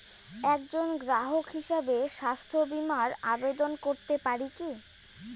একজন গ্রাহক হিসাবে স্বাস্থ্য বিমার আবেদন করতে পারি কি?